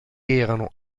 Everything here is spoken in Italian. erano